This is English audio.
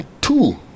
two